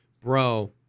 Bro